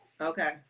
Okay